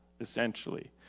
essentially